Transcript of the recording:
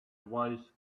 wise